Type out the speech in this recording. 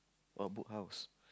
what Book House